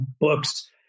books